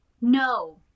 No